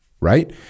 right